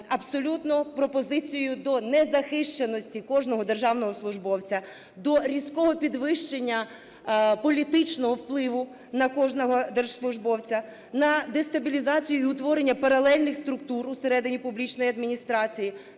абсолютно пропозицією до незахищеності кожного державного службовця, до різкого підвищення політичного впливу на кожного держслужбовця, на дестабілізацію і утворення паралельних структур усередині публічної адміністрації,